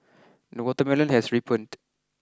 the watermelon has ripened